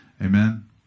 Amen